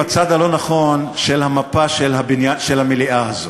בצד הלא-נכון של המפה של המליאה הזו,